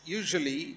usually